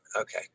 okay